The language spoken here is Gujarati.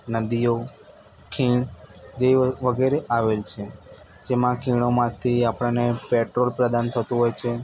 નદીઓ ખીણ તે વ વગેરે આવેલ છે જેમાં ખીણોમાંથી આપણને પેટ્રોલ પ્રદાન થતું હોય છે